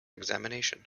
examination